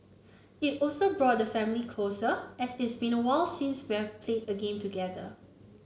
it also brought the family closer as it's been awhile since we've played a game together